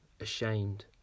ashamed